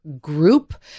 group